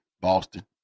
Boston